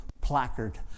placard